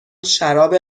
شراب